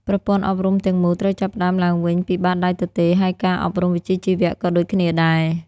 ប្រព័ន្ធអប់រំទាំងមូលត្រូវចាប់ផ្តើមឡើងវិញពីបាតដៃទទេ ហើយការអប់រំវិជ្ជាជីវៈក៏ដូចគ្នាដែរ។